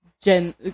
gen